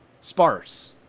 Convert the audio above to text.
sparse